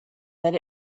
that